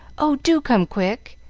oh, do come, quick!